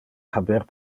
haber